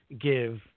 give